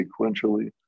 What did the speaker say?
sequentially